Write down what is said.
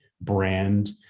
brand